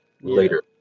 later